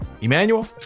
Emmanuel